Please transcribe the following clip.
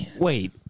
Wait